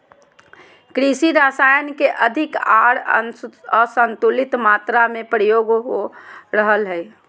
कृषि रसायन के अधिक आर असंतुलित मात्रा में प्रयोग हो रहल हइ